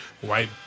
white